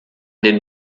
den